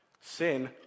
Sin